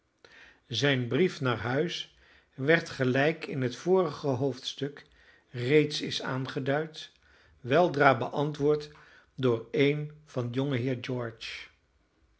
zijn brief naar huis werd gelijk in het vorige hoofdstuk reeds is aangeduid weldra beantwoord door een van jongeheer george